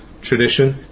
tradition